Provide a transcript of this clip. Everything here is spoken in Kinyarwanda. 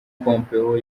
pompeo